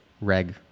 reg